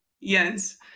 yes